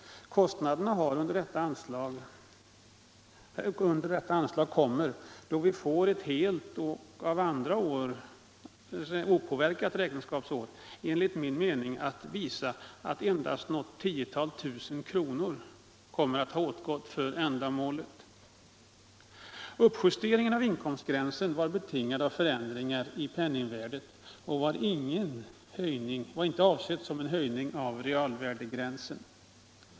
Kostnaderna under detta anslag kommer, då vi får ett helt och av andra år opåverkat räkenskapsår, enligt min mening att visa att endast några tiotusental kronor kommer att ha åtgått för ändamålet. Uppjusteringen av inkomstgränsen var betingad av förändringar i penningvärdet och var inte avsedd som någon höjning av realvärdegränsen.